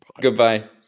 Goodbye